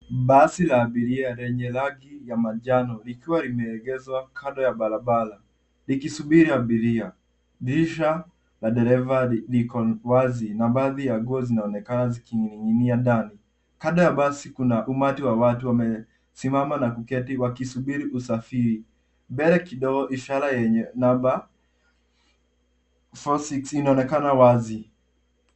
Basi la abiria lenye rangi ya manjano likiwa limeegezwa kando ya barabara likisubiri abiria. Dirisha la dereva liko wazi na baadhi ya nguo zinaonekana zikining'inia ndani. Kando ya basi kuna umati wa watu wamesimama na kuketi wakisubiri usafiri. Mbele kidogo ishara yenye namba 46 inaonekana wazi.